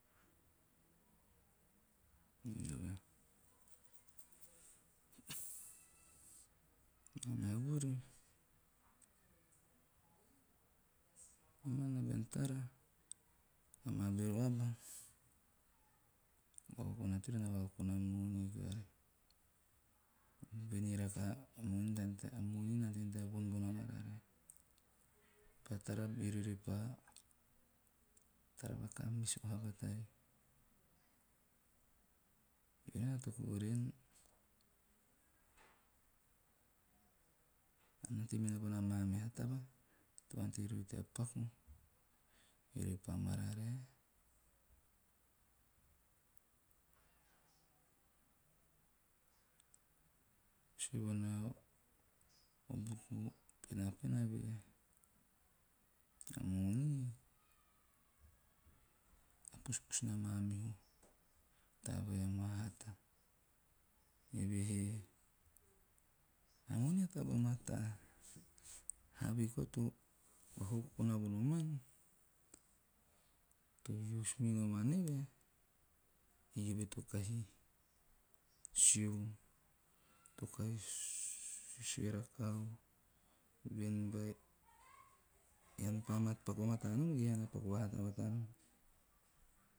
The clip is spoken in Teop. Eove. Maa meha vuri, nomana bean tara ama bero aba, o vakokona teori na vakokona moni koari, voen ei rakkaha a moni na ante nana teo von bona marerae. Aan pa tara beari tara va kamis oha batari. Evehe na toku vorien na tei minana bona maa meha taba to ante roiri tea minana bona maa meha taba to ante riori tea paku eori pa maa meha taba to ante riori tea paku eori pa mararae to sue vonae o buk penapena ve, a moni, a pusupusu na mamihu taba vai amaa hata, eve he a moni a taba mataa. Have koa to vakokona vo noma, to use minoman eve, eove to kahi sueu, to kahi sue rakahau voen bean pa paku vamata nom ge ean na paku vahata bata nom.